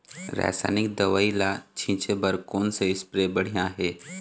रासायनिक दवई ला छिचे बर कोन से स्प्रे बढ़िया हे?